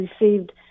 received